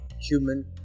human